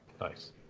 Nice